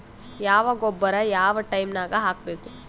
ಯಾವ ಗೊಬ್ಬರ ಯಾವ ಟೈಮ್ ನಾಗ ಹಾಕಬೇಕು?